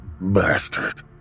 bastard